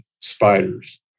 spiders